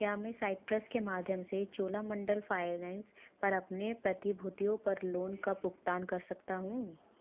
क्या मैं साइट्रस के माध्यम से चोलामंडलम फाइनेंस पर अपने प्रतिभूतियों पर लोन का भुगतान कर सकता हूँ